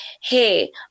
Hey